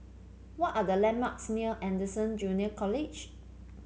what are the landmarks near Anderson Junior College